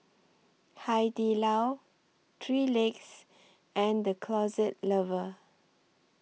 Hai Di Lao three Legs and The Closet Lover